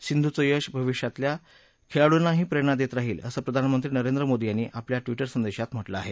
सिंधूचं यश भविष्यातल्या खेळाडूंनाही प्रेरणा देत राहील असं प्रधानमंत्री नरेंद्र मोदी यांनी आपल्या ट्विटर संदेशात म्हटलं आहे